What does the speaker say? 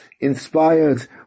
inspired